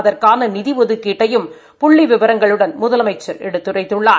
அதற்கான நிதி ஒதுக்கீட்டையும் புள்ளி விவரங்களுடன் முதலமைச்சர் எடுத்துரைத்துள்ளார்